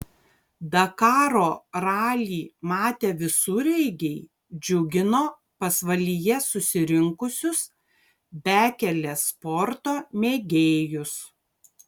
dakaro ralį matę visureigiai džiugino pasvalyje susirinkusius bekelės sporto mėgėjus